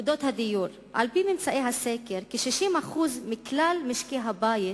על-פי ממצאי הסקר, כ-60% מכלל משקי-הבית